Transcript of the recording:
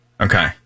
Okay